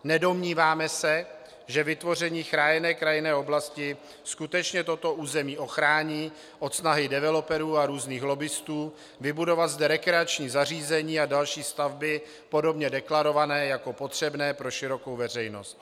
Nedomníváme se, že vytvoření chráněné krajinné oblasti skutečně toto území ochrání od snahy developerů a různých lobbistů vybudovat zde rekreační zařízení a další stavby, podobně deklarované jako potřebné pro širokou veřejnost.